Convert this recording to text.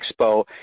expo